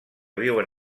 viuen